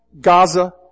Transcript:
Gaza